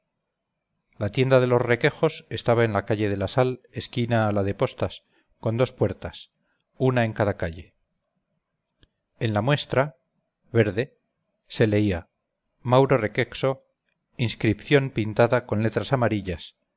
la tienda de los requejos estaba en la calle de la sal esquina a lade postas con dos puertas una en cada calle en la muestra verde se leía mauro requexo inscripción pintada con letras amarillas